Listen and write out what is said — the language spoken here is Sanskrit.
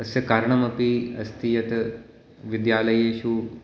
तस्य कारणम् अपि अस्ति यत् विद्यालयेषु